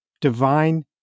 divine